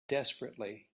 desperately